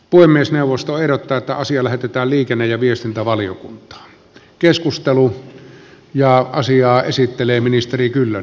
puhemiesneuvosto ehdottaa että asia lähetetään liikenne ja viestintävaliokuntaan